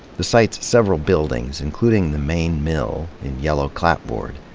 the site's several buildings, including the main mill in yellow clapboard,